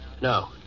No